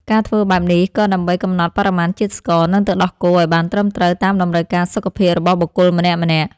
ការធ្វើបែបនេះ ក៏ដើម្បីកំណត់បរិមាណជាតិស្ករ និងទឹកដោះគោឱ្យបានត្រឹមត្រូវតាមតម្រូវការសុខភាពរបស់បុគ្គលម្នាក់ៗ។